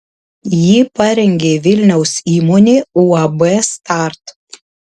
jį parengė vilniaus įmonė uab start